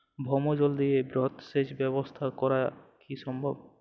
ভৌমজল দিয়ে বৃহৎ সেচ ব্যবস্থা করা কি সম্ভব?